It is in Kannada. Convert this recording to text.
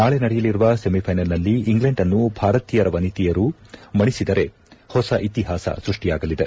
ನಾಳೆ ನಡೆಯಲಿರುವ ಸೆಮಿಫ್ಟನಲ್ನಲ್ಲಿ ಇಂಗ್ಲೆಂಡ್ ಅನ್ನು ಭಾರತೀಯರ ವನಿತೆಯರು ಮಣಿಸಿದರೆ ಹೊಸ ಇತಿಹಾಸ ಸೃಷ್ಷಿಯಾಗಲಿದೆ